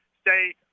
stay